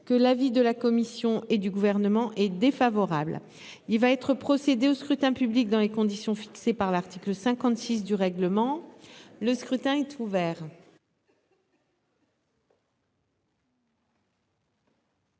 que l'avis de la commission et du Gouvernement est défavorable, il va être procédé au scrutin public dans les conditions fixées par l'article 56 du règlement. Le scrutin est ouvert.